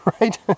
Right